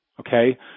Okay